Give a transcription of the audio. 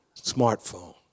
smartphone